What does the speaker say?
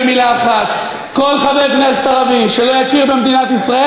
במילה אחת: כל חבר כנסת ערבי שלא יכיר במדינת ישראל,